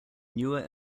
newer